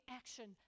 action